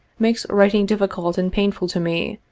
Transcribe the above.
makes writing difficult and painful to me,